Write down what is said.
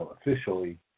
officially